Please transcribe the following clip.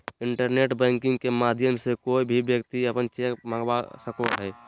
internet banking के माध्यम से कोय भी व्यक्ति अपन चेक मंगवा सको हय